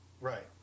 Right